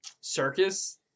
circus